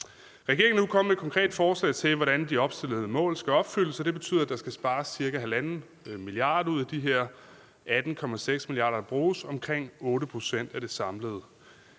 Regeringen er nu kommet med et konkret forslag til, hvordan de opstillede mål skal opfyldes, og det betyder, at der skal spares ca. 1,5 mia. kr. ud af de her 18,6 mia. kr., der bruges – omkring 8 pct. af det samlede